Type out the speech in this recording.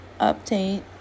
update